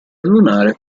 lunare